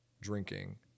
drinking